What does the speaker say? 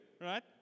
right